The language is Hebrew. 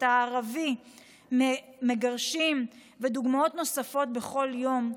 את הערבים מגרשים (ודוגמאות נוספות בכל יום...),